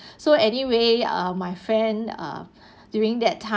so anyway uh my friend ah during that time